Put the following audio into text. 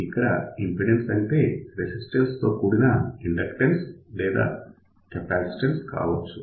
ఇక్కడ ఇంపిడెన్స్ అంటే రెసిస్టెన్స్ తో కూడిన ఇండక్టన్స్ లేదా కెపాసిటన్స్ కావచ్చు